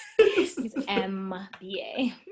mba